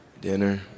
Dinner